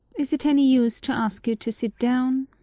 is it any use to ask you to sit down?